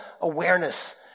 awareness